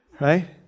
Right